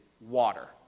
water